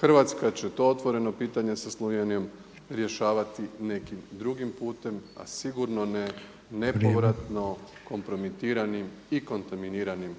Hrvatska će to otvoreno pitanje sa Slovenijom rješavati nekim drugim putem, a sigurno ne nepovratno kompromitiranim i kontaminiranim